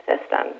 system